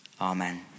Amen